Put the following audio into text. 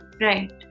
right